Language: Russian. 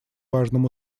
важным